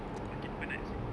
semakin penat seh